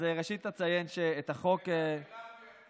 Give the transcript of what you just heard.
ראשית, אציין שאת החוק, רפורמים,